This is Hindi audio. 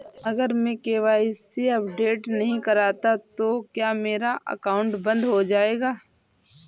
अगर मैं के.वाई.सी अपडेट नहीं करता तो क्या मेरा अकाउंट बंद हो जाएगा?